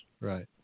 Right